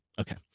Okay